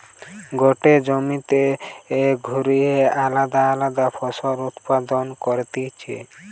গটে জমিতে ঘুরিয়ে আলদা আলদা ফসল উৎপাদন করতিছে